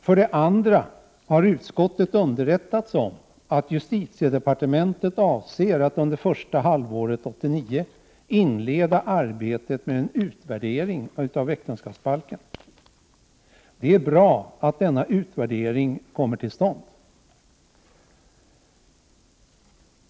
För det andra har utskottet underrättats om att justitiedepartementet avser att under första halvåret 1989 inleda arbetet med en utvärdering av äktenskapsbalken. Det är bra att denna utvärdering kommer till stånd.